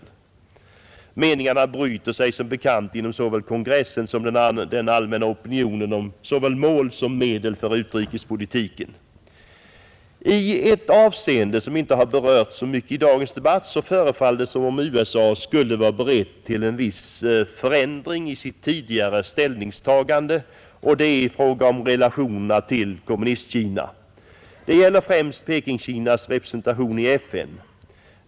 Meningarna bryter sig som bekant inom både kongressen och den allmänna opinionen om såväl mål som medel för utrikespolitiken. I ett avseende som inte berörts så mycket i dagens debatt förefaller det som om USA skulle vara berett till en viss förändring i sitt tidigare ställningstagande, och det är i fråga om relationerna till Kommunistkina. Det gäller främst Pekingkinas representation i FN.